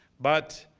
but,